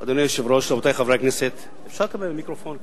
רבותי חברי הכנסת, אפשר לקבל מיקרופון?